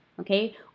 okay